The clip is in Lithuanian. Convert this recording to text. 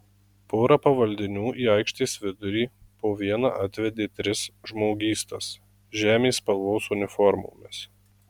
pora pavaldinių į aikštės vidurį po vieną atvedė tris žmogystas žemės spalvos uniformomis